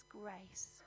grace